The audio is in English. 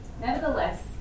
Nevertheless